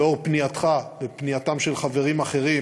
לנוכח פנייתך ופנייתם של חברים אחרים